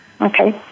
Okay